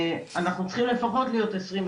אנחנו צריכים לפחות להיות עשרים,